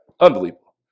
unbelievable